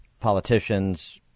politicians